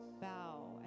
Bow